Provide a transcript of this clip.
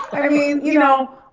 i mean, you know,